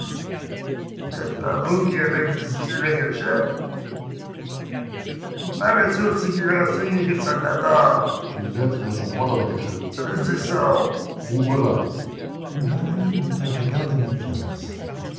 n'est-ce pas vous qui avez visité la cachette vous paraissez aussi bien renseigné que salvator les lettres ne sont pas dans la cachette elles y sont ouvre la varin eut un regard de défiance